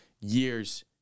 years